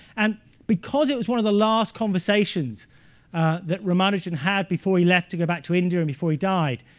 and because it was one of the last conversations that ramanujan had before he left to go back to india, and before he died,